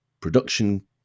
production